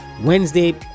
wednesday